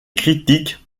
critiques